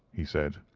he said,